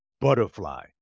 butterfly